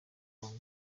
congo